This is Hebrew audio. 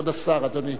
כבוד השר, אדוני.